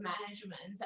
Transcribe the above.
management